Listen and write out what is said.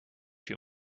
two